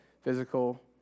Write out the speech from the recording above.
physical